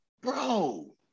Bro